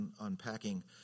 unpacking